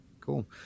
Cool